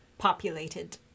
populated